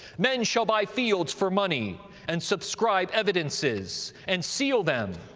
men shall buy fields for money, and subscribe evidences, and seal them,